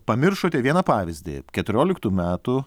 pamiršote vieną pavyzdį keturioliktų metų